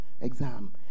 exam